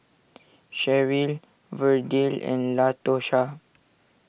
Cheryl Verdell and Latosha